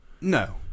No